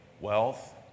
wealth